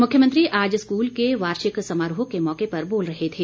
मुख्यमंत्री आज स्कूल के वार्षिक समारोह के मौके पर बोल रहे थे